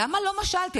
למה לא משלתם?